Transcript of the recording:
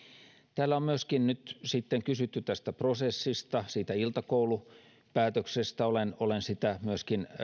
täällä on myöskin kysytty tästä prosessista siitä iltakoulupäätöksestä olen olen sitä myöskin